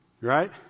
Right